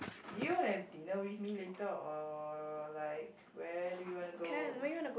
do you have dinner with me later or like where do you want to go